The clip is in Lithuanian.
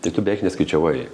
tai tu beveik neskaičiavai